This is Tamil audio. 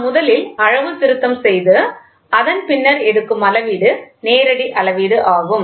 நாம் முதலில் அளவுத்திருத்தம் செய்து அதன் பின்னர் எடுக்கும் அளவீடு நேரடி அளவீடு ஆகும்